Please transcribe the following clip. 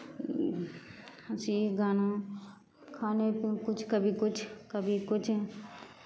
हँसी गाना खाने पे किछु कभी किछु कभी किछु